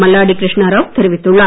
மல்லாடி கிருஷ்ணா ராவ் தெரிவித்துள்ளார்